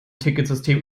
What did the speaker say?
ticketsystem